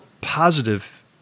positive